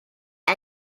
and